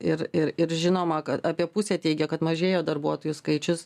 ir ir ir žinoma kad apie pusė teigia kad mažėjo darbuotojų skaičius